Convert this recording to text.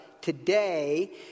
today